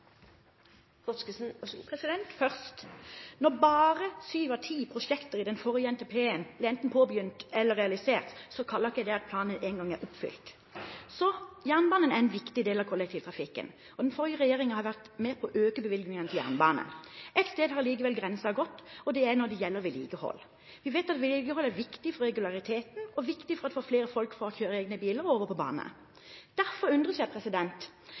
påbegynt eller realisert, kaller jeg ikke det at planen en gang er oppfylt. Jernbanen er en viktig del av kollektivtrafikken. Den forrige regjeringen har vært med på å øke bevilgningene til jernbane. Et sted har likevel grensen gått, og det er når det gjelder vedlikehold. Vi vet at vedlikehold er viktig for regulariteten, og viktig for å få flere folk fra å kjøre egne biler og over på bane. Derfor undres jeg: